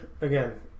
again